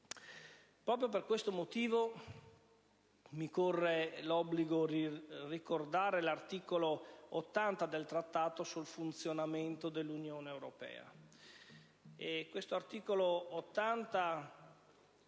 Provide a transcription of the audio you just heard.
Proprio per questo motivo, mi corre l'obbligo di ricordare l'articolo 80 del Trattato sul funzionamento dell'Unione europea,